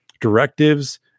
directives